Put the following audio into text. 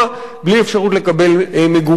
בלי אפשרות לקבל מגורים,